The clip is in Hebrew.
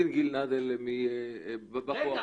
אנחנו נבחן